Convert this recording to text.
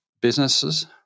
businesses